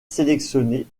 sélectionné